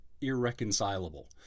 irreconcilable